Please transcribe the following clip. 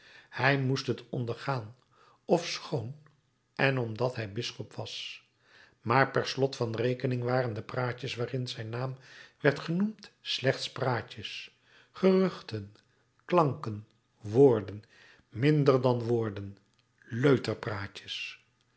hij moest het ondergaan ofschoon en omdat hij bisschop was maar per slot van rekening waren de praatjes waarin zijn naam werd genoemd slechts praatjes geruchten klanken woorden minder dan woorden